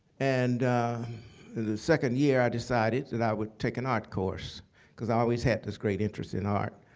and and the second year i decided that i would take an art course because i always had this great interest in art.